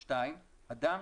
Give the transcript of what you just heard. אדם,